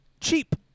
Cheap